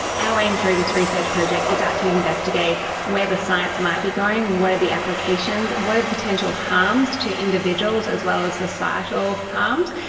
our aim through this research project is to investigate where the science might be going, what are the applications, what are the potential harms to individuals as well as societal harms,